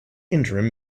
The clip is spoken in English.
interim